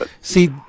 See